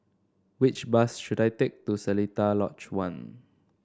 which bus should I take to Seletar Lodge One